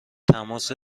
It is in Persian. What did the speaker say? تماس